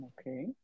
Okay